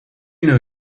know